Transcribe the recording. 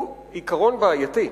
הוא עיקרון בעייתי.